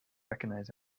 recognize